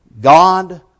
God